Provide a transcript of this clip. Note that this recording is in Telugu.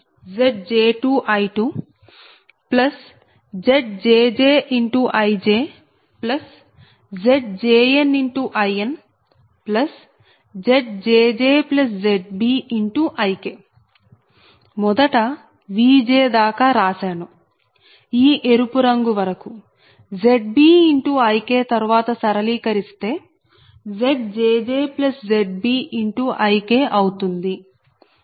మొదట Vj దాకా రాశాను ఈ ఎరుపు రంగు వరకు ZbIk తరువాత సరళీకరిస్తే ZjjZbIk అవుతుంది